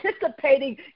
participating